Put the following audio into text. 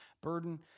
burden